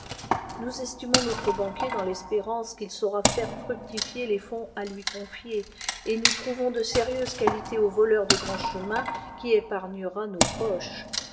nous estimons notre banquier dans l'espérance qu'il saura faire fructifier les fonds à lui confiés et nous trouvons de sérieuses qualités au voleur de grands chemins qui épargnera nos poches